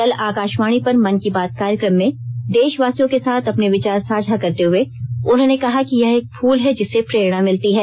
कल आकाशवाणी पर मन की बात कार्यक्रम में देशवासियों के साथ अपने विचार साझा करते हए उन्होंने कहा कि यह एक फ़ल है जिससे प्रेरणा मिलती है